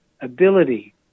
ability